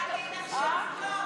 תחשבי טוב.